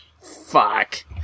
Fuck